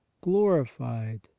glorified